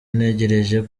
ntegereje